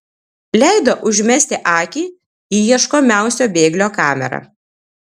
leido užmesti akį į ieškomiausio bėglio kamerą